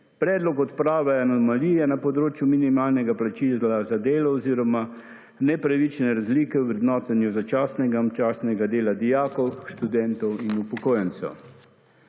Predlog odprave anomalije na področju minimalnega plačila za delo oziroma nepravične razlike o vrednotenju začasnega in občasnega dela dijakov, študentov in upokojencev.